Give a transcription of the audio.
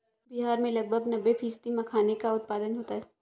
बिहार में लगभग नब्बे फ़ीसदी मखाने का उत्पादन होता है